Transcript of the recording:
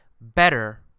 better